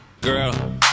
Girl